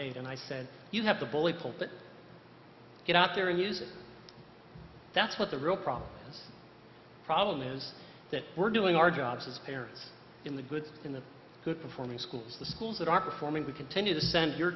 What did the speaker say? aide and i said you have the bully pulpit get out there and use that's what the real problem problem is that we're doing our jobs as parents in the good in the good performing schools the schools that are performing we continue to send your